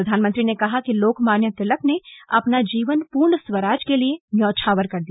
प्रधानमंत्री ने कहा कि लोकमान्य तिलक ने अपना जीवन पूर्ण स्वराज के लिए न्यौछावर कर दिया